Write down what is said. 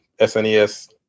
SNES